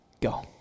go